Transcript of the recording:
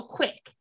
quick